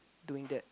doing that